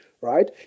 right